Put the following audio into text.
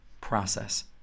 process